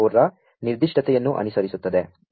4 ರ ನಿರ್ದಿ ಷ್ಟ ತೆಯನ್ನು ಅನು ಸರಿಸು ತ್ತದೆ